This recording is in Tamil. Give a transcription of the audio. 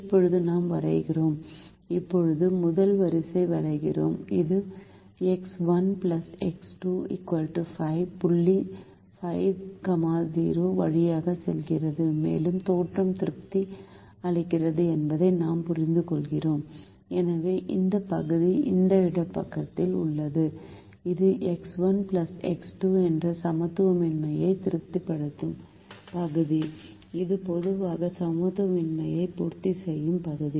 இப்போது நாம் வரையுகிறோம் இப்போது முதல் வரியை வரைகிறோம் இது எக்ஸ் 1 எக்ஸ் 2 5 புள்ளி 50 வழியாக செல்கிறது மேலும் தோற்றம் திருப்தி அளிக்கிறது என்பதை நாம் புரிந்துகொள்கிறோம் எனவே இந்த பகுதி இந்த இடப்பக்கத்தில் உள்ளது இது எக்ஸ் 1 எக்ஸ் 2 என்ற சமத்துவமின்மையை திருப்திப்படுத்தும் பகுதி இது பொதுவாக சமத்துவமின்மையை பூர்த்தி செய்யும் பகுதி